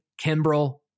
Kimbrell